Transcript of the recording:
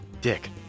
Dick